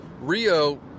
Rio